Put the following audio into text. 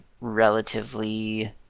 relatively